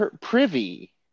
privy